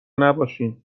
نباشین